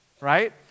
right